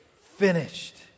finished